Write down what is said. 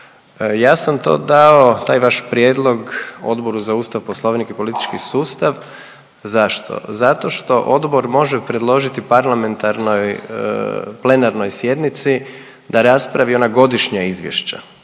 Ja sam to dao, taj vaš prijedlog Odboru za Ustav, Poslovnik i politički sustav. Zašto? Zato što odbor može predložiti parlamentarnoj plenarnoj sjednici da raspravi ona godišnja izvješća